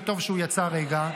וטוב שהוא יצא רגע.